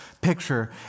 picture